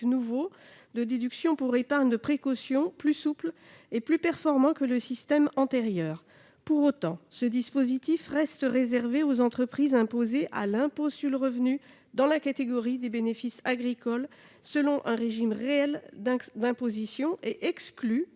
nouveau de déduction pour épargne de précaution plus souple et plus performant que le système antérieur. Pour autant, ce dispositif reste réservé aux entreprises soumises à l'impôt sur le revenu dans la catégorie des bénéfices agricoles selon un régime réel d'imposition et exclut,